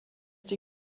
die